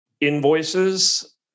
invoices